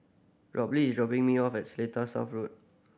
Robley is dropping me off Seletar South Road